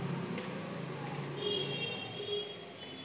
গরু মহিষের যেমন গবাদি কন্ট্রোল্ড ভাবে অনুকরন করা হয়